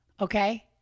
Okay